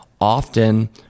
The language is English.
often